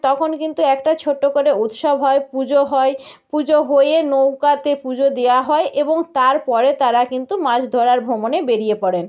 তখন কিন্তু একটা ছোটো করে উৎসব হয় পুজো হয় পুজো হয়ে নৌকাতে পুজো দেয়া হয় এবং তার পরে তারা কিন্তু মাছ ধরার ভ্রমণে বেরিয়ে পড়েন